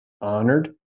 honored